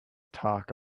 talk